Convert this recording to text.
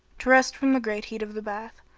to rest from the great heat of the bath.